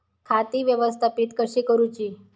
खाती व्यवस्थापित कशी करूची?